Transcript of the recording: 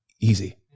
easy